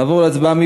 נעבור להצבעה.